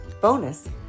Bonus